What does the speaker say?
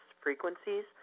frequencies